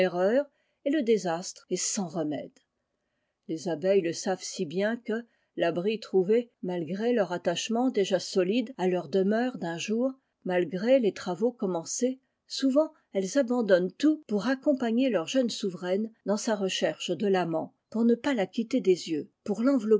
et le désastre est sans remède les abeilles le savent si bien que l'abri trouvé malgré leur attachement déjà solide à leur demeure d'un jour malgré les travaux commencés souvent elles abandonnent tout pour accompagner leur jeune souveraine dans sa recherche de l'amant pour ne pas la quitter des yeux pour